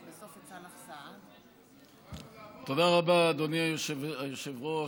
תודה רבה, אדוני היושב-ראש.